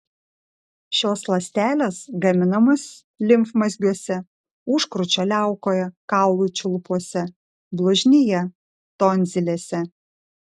šios ląstelės gaminamos limfmazgiuose užkrūčio liaukoje kaulų čiulpuose blužnyje tonzilėse